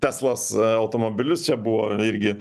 teslos automobilius čia buvo irgi